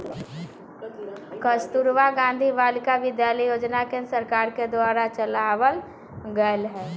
कस्तूरबा गांधी बालिका विद्यालय योजना केन्द्र सरकार के द्वारा चलावल गेलय हें